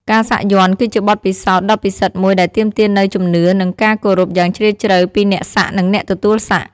ការសាក់យ័ន្តគឺជាបទពិសោធន៍ដ៏ពិសិដ្ឋមួយដែលទាមទារនូវជំនឿនិងការគោរពយ៉ាងជ្រាលជ្រៅពីអ្នកសាក់និងអ្នកទទួលសាក់។